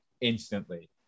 instantly